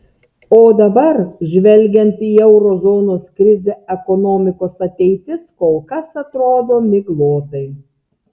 o dabar žvelgiant į euro zonos krizę ekonomikos ateitis kol kas atrodo miglotai